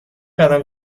قدم